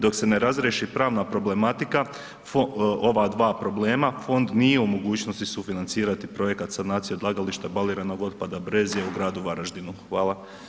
Dok se ne razriješi pravna problematika, ova dva problema fond nije u mogućnosti sufinancirati projekat sanacije odlagališta baliranog otpada Brezje u gradu Varaždinu, hvala.